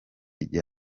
igihe